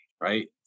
right